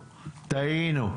טעינו,